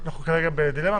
כרגע בדילמה.